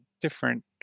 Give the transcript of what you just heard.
different